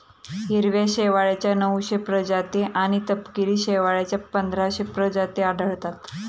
हिरव्या शेवाळाच्या नऊशे प्रजाती आणि तपकिरी शेवाळाच्या पंधराशे प्रजाती आढळतात